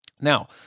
Now